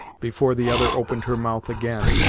before the other opened her mouth, again,